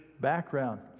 background